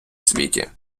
світі